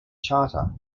charter